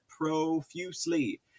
profusely